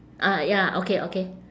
ah ya okay okay